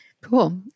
Cool